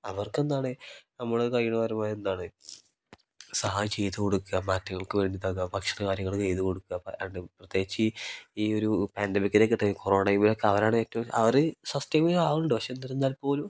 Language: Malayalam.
അവർക്കെന്താണ് നമ്മൾ കഴിയുന്നത് പരമാവധി എന്താണ് സഹായം ചെയ്ത് കൊടുക്കുക മാറ്റങ്ങൾക്ക് വേണ്ടി ഇതാക്കുക ഭക്ഷണം കാര്യങ്ങൾ ചെയ്ത് കൊടുക്കുക പ്രത്യേകിച്ച് ഈ ഒരു പാൻഡമിക്കിനൊക്കെ കൊറോണ ടൈമിലൊക്കെ അവരാണ് ഏറ്റവും അവർ സസ്റ്റൈബിൾ ആവുന്നുണ്ട് പക്ഷെ എന്തിരുന്നാൽ പോലും